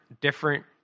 different